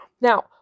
Now